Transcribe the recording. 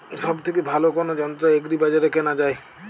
সব থেকে ভালো কোনো যন্ত্র এগ্রি বাজারে কেনা যায়?